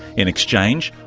in exchange,